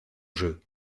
jeu